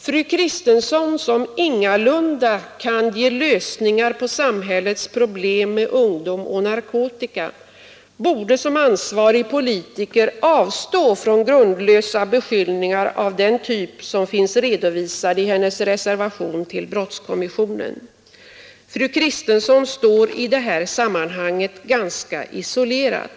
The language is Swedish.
Fru Kristensson, som ingalunda kan ge lösningar på samhällets problem med ungdom och narkotika, borde som ansvarig politiker avstå från grundlösa beskyllningar av den typ som finns redovisade i hennes reservation till brottskommissionens betänkande. Fru Kristensson står i det här sammanhanget ganska isolerad.